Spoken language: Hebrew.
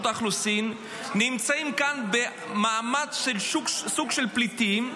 האוכלוסין נמצאים כאן במעמד של סוג של פליטים,